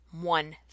one